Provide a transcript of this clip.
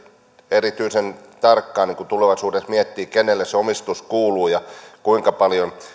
erityisen tarkkaan tulevaisuudessa miettiä kenelle se omistus kuuluu ja kuinka paljon